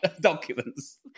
documents